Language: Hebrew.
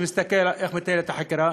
שמסתכל איך מתנהלת החקירה?